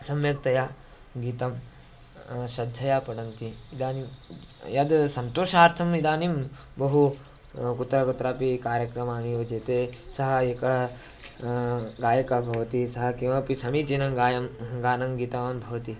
सम्यक्तया गीतं श्रद्धया पठन्ति इदानीं यत् सन्तोषार्थम् इदानिं बहु कुत्र कुत्रापि कार्यक्रमाणि योज्यते सः एकः गायकः भवति सः किमपि समीचीनं गायनं गानं गीतवान् भवति